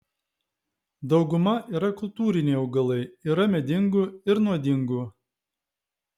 dauguma yra kultūriniai augalai yra medingų ir nuodingų